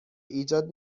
ایجاد